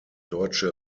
deutsche